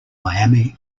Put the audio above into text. miami